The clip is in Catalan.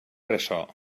ressò